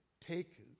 take